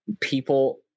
people